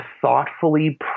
thoughtfully